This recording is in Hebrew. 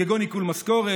כגון עיקול משכורת,